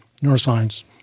neuroscience